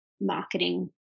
marketing